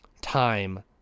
time